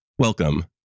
Welcome